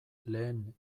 lehen